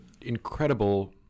incredible